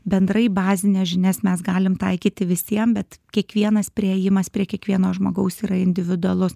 bendrai bazines žinias mes galim taikyti visiem bet kiekvienas priėjimas prie kiekvieno žmogaus yra individualus